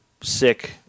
sick